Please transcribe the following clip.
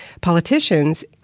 politicians